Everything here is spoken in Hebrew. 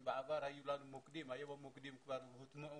אם בעבר היו לנו מוקדים, היום המוקדים כבר הוטמעו,